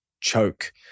choke